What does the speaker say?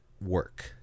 work